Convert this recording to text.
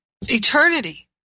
eternity